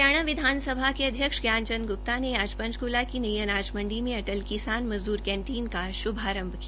हरियाणा विधानसभा के अध्यक्ष ज्ञानचंद गुप्ता ने आज पंचकूला की नई अनाज मंडी में अटल किसान मजदूर कैंटीन का शुभारंभ किया